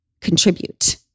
contribute